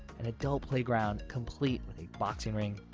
an adult playground complete with a boxing ring,